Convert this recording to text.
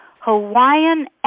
Hawaiian